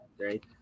right